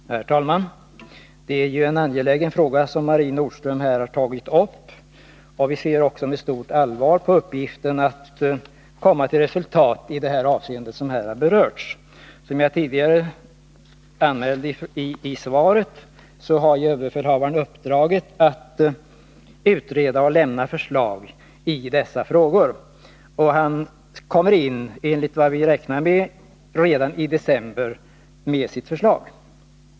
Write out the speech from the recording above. Herr talman! Det är en angelägen fråga som Marie Nordström har tagit upp, och vi ser med stort allvar på uppgiften att komma till resultat i det avseende som här har berörts. Som jag anmälde i svaret, har överbefälhavaren uppdraget att utreda och lämna förslag i dessa frågor. Vi räknar med att han kommer in med sitt förslag redan i december.